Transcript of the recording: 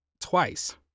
twice